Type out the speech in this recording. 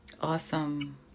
Awesome